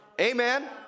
Amen